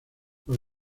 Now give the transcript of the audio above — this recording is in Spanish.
los